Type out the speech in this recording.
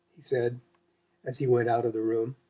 he said as he went out of the room.